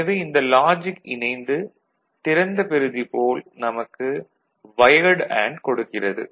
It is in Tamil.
எனவே இந்த லாஜிக் இனைந்து திறந்த பெறுதி போல் நமக்கு வயர்டு அண்டு கொடுக்கிறது